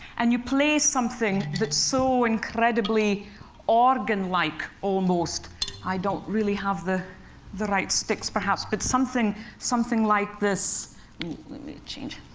and you play something that's so incredibly organ-like, almost i don't really have the the right sticks, perhaps but something like like this let me change